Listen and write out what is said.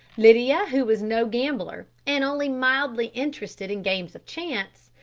lydia, who was no gambler and only mildly interested in games of chance,